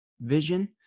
vision